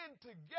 together